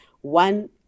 One